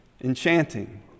enchanting